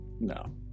No